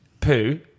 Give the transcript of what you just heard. poo